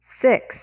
six